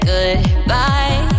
Goodbye